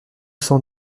cent